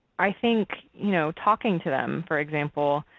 i think you know talking to them for example,